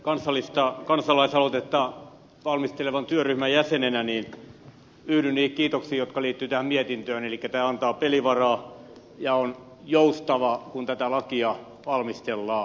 tämän kansalaisaloitetta valmistelevan työryhmän jäsenenä yhdyn niihin kiitoksiin jotka liittyvät tähän mietintöön eli tämä antaa pelivaraa ja on joustava kun tätä lakia valmistellaan